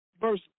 verse